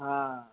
हां